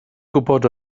gwybod